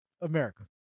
America